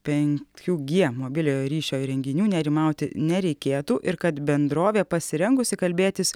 penkių g mobiliojo ryšio įrenginių nerimauti nereikėtų ir kad bendrovė pasirengusi kalbėtis